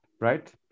right